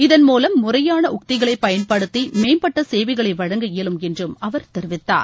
இதன் மூலம் முறையான உத்திகளை பயன்படுத்தி மேம்பட்ட சேவைகளை வழங்க இயலும் என்றும் அவர் தெரிவித்தார்